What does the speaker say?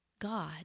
God